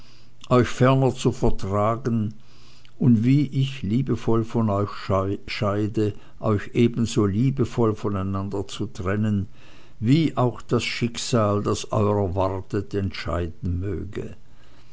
euch ferner zu vertragen und wie ich liebevoll von euch scheide euch ebenso liebevoll voneinander zu trennen wie auch das schicksal das eurer wartet entscheiden möge